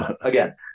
Again